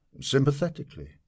sympathetically